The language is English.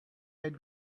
had